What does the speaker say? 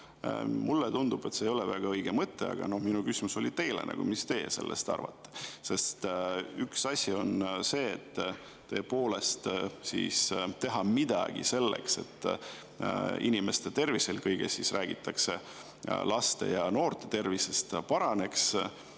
Mulle tundub, et see ei ole väga õige mõte. Aga minu küsimus oli teile, mis teie sellest arvate. Üks asi on see, et tõepoolest teha midagi selleks, et inimeste tervis – eelkõige siis räägitakse laste ja noorte tervisest – paraneks,